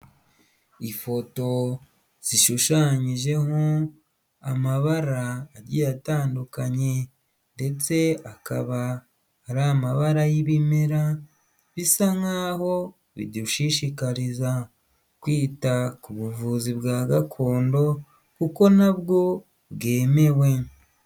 Ifoto zishushanyijeho amabara agiye atandukanye ndetse akaba ari amabara y'ibimera bisa nkaho bidushishikariza kwita ku buvuzi bwa gakondo kuko nabwo bwemewe.